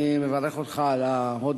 אני מברך אותך על ההודעה,